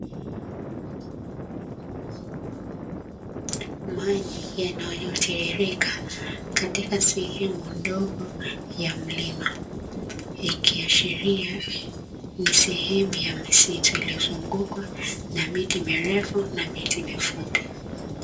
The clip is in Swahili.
Maji yanayotiririka katika sehemu ndogo ya mlima, ikiashiria ni sehemu ya misitu iliyozungukwa na miti mirefu na miti mifupi.